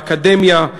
באקדמיה,